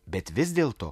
bet vis dėlto